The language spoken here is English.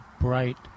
bright